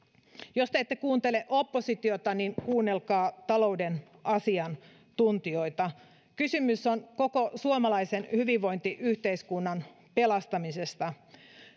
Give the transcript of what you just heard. jos te ette kuuntele oppositiota niin kuunnelkaa talouden asiantuntijoita kysymys on koko suomalaisen hyvinvointiyhteiskunnan pelastamisesta